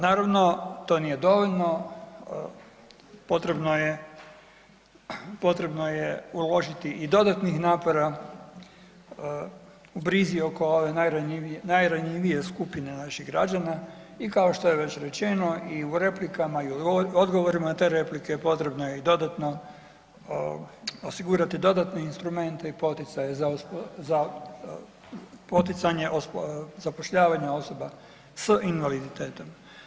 Naravno to nije dovoljno potrebno je, potrebno je uložiti i dodatnih napora u brizi oko ove najranjivije skupine naših građana i kao što je već rečeno i u replikama i u odgovorima na te replike potrebno je i dodatno, osigurati dodatne instrumente i poticaje za poticanje zapošljavanja osoba s invaliditetom.